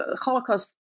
Holocaust